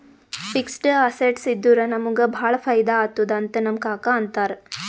fixed assets ಇದ್ದುರ ನಮುಗ ಭಾಳ ಫೈದಾ ಆತ್ತುದ್ ಅಂತ್ ನಮ್ ಕಾಕಾ ಅಂತಾರ್